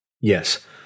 Yes